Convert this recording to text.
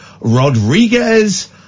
Rodriguez